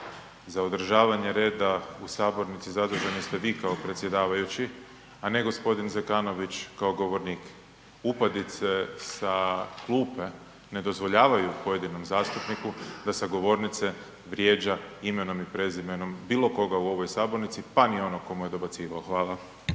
Za održavanje reda u sabornici zaduženi ste vi kao predsjedavajući, a ne g. Zekanović kao govornik. Upadice sa klupe ne dozvoljavaju pojedinom zastupniku da sa govornice vrijeđa imenom i prezimenom bilo koga u ovoj sabornici, pa ni onog ko mu je dobacivao. Hvala.